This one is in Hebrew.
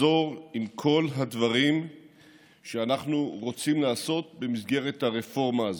נחזור עם כל הדברים שאנחנו רוצים לעשות במסגרת הרפורמה הזאת.